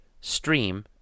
stream